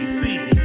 see